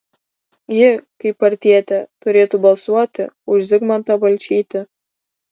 ji kaip partietė turėtų balsuoti už zigmantą balčytį